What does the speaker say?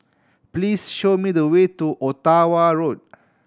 please show me the way to Ottawa Road